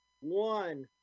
one